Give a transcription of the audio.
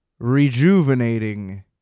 Rejuvenating